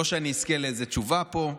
לא שאני אזכה לאיזו תשובה פה,